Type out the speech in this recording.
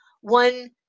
one